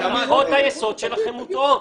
הנחות היסוד שלכם מוטעות.